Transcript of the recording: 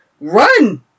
run